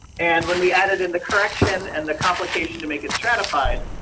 and when we added in the correction and the complication to make it stratified